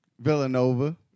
Villanova